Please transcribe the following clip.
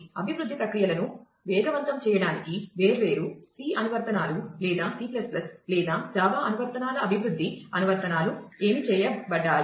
అభివృద్ధి ప్రక్రియలను వేగవంతం చేయడానికి వేర్వేరు సి అనువర్తనాల అభివృద్ధి అనువర్తనాలు ఏమి చేయబడ్డాయి